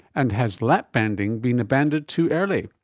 and has lap banding been abandoned too early?